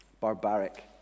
Barbaric